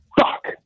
fuck